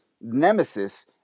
Nemesis